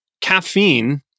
caffeine